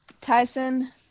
Tyson